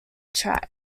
track